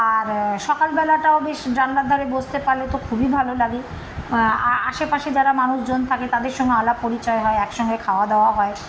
আর সকাল বেলাটাও বেশ জানলার ধারে বসতে পারালে তো খুবই ভালো লাগে আশেপাশে যারা মানুষজন থাকে তাদের সঙ্গে আলাপ পরিচয় হয় একসঙ্গে খাওয়া দাওয়া হয়